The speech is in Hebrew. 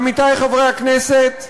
עמיתי חברי הכנסת,